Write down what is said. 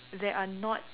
that are not